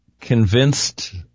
convinced